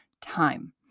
time